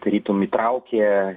tarytum įtraukia